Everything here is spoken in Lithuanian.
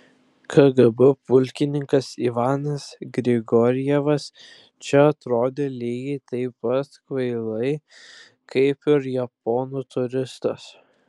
kgb pulkininkas ivanas grigorjevas čia atrodė lygiai taip pat kvailai kaip ir japonų turistas